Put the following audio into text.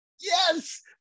yes